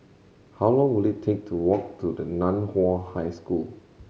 how long will it take to walk to the Nan Hua High School